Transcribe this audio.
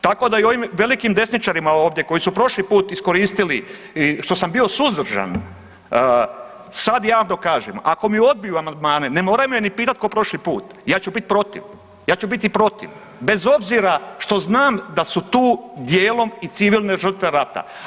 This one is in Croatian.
Tako da i ovim velikim desničarima ovdje koji su prošli put iskoristili što sam bio suzdržan, sad javno kažem ako mi odbiju amandmane ne moraju me ni pitat ko prošli put ja ću biti protiv, ja ću biti protiv bez obzira što znam da su tu dijelom i civilne žrtve rata.